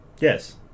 Yes